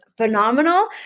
Phenomenal